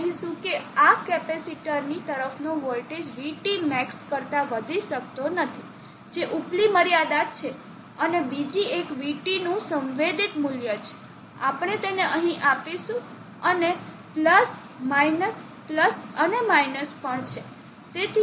આપણે કહીશું કે આ કેપેસિટરની તરફનો વોલ્ટેજ VTmax કરતાં વધી શકતો નથી જે ઉપલી મર્યાદા છે અને બીજી એક VT નું સંવેદિત મૂલ્ય છે આપણે તેને અહીં આપીશું અને પ્લસ માઈનસ પ્લસ અને માઈનસ પણ છે